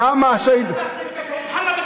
כמה השהידים, אתם רצחתם את, .